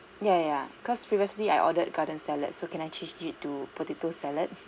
ya ya ya cause previously I ordered garden salad so can I change it to potato salad